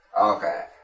Okay